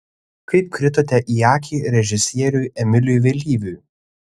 kaip kritote į akį režisieriui emiliui vėlyviui